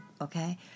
okay